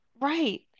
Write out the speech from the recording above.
Right